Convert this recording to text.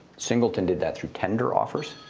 singleton did that through tender offers,